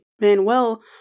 Manuel